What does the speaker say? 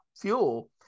fuel